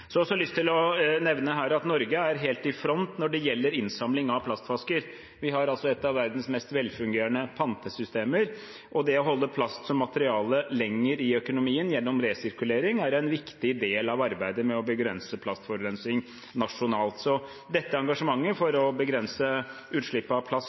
har også lyst til å nevne at Norge er helt i front når det gjelder innsamling av plastflasker. Vi har et av verdens mest velfungerende pantesystemer. Det å holde plast som materiale lenger i økonomien gjennom resirkulering, er en viktig del av arbeidet med å begrense plastforurensning nasjonalt. Så dette engasjementet for å begrense utslippet av plast